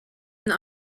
une